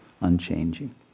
unchanging